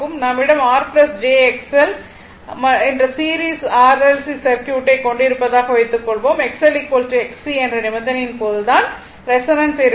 நம்மிடம் R jXL XC என்ற series RLC சர்க்யூட்டை கொண்டிருப்பதாக வைத்துக்கொள்வோம் XLXC என்ற நிபந்தனையின் போது தான் ரெசோனன்ஸ் resonance ஏற்படும்